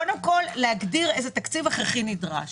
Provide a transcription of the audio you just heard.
קודם כל הייתי צריכה להגדיר איזה תקציב הכרחי נדרש.